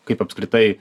kaip apskritai